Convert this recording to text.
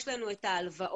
יש לנו את ההלוואות,